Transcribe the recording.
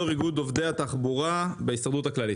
יושב-ראש איגוד עובדי התחבורה בהסתדרות הכללית.